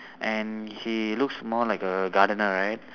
and he looks more like a gardener right